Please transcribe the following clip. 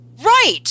right